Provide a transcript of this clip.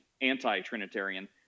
anti-Trinitarian